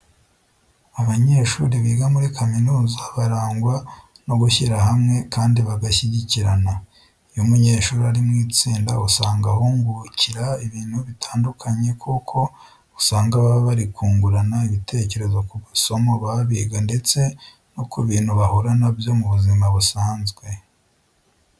Abanyeshuri biga muri kaminuza barangwa no gushyira hamwe kandi bagashyigikirana. Iyo umunyeshuri ari mu itsinda usanga ahungukira ibintu bitandukanye kuko usanga baba bari kungurana ibitekerezo ku masomo baba biga ndetse no ku bintu bahura na byo mu buzima busanzwe.